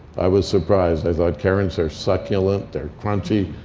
i was surprised. i thought, carrots are succulent. they're crunchy.